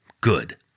good